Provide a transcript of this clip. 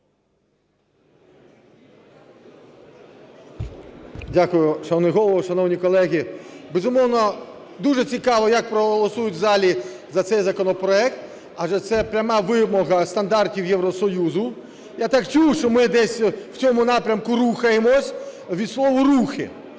Голово. Шановні колеги, безумовно, дуже цікаво як проголосують в залі за цей законопроект, адже це пряма вимога стандартів Євросоюзу. Я так чув, що ми десь в цьому напрямку рухаємось, від слова "рухи".